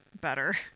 better